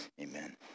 Amen